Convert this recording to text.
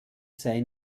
sei